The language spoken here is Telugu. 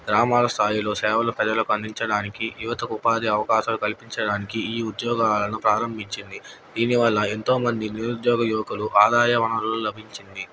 గ్రామాల స్థాయిలో సేవలు పెద్దలకు అందించడానికి యువతకు ఉపాధి అవకాశాలు కల్పించడానికి ఈ ఉద్యోగాలను ప్రారంభించింది దీనివల్ల ఎంతోమంది నిరుద్యోగ యువకులు ఆదాయ వనరులు లభించింది